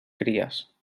cries